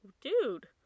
Dude